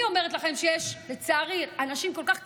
אני אומרת לכם שיש לצערי אנשים כל כך קרימינליים,